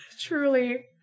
truly